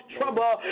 trouble